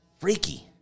freaky